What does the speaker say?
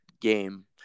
game